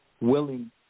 willing